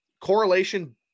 correlation